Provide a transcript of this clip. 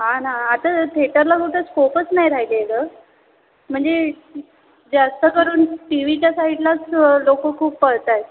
हां ना आता थेटरला कुठं स्कोपच नाही राहिली आहे म्हणजे जास्त करून टी व्हीच्या साईडलाच लोक खूप पळत आहेत